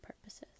purposes